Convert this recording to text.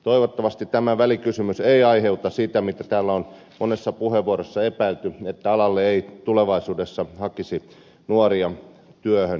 toivottavasti tämä välikysymys ei aiheuta sitä mitä täällä on monessa puheenvuorossa epäilty että alalle ei tulevaisuudessa hakisi nuoria työhön ja koulutukseen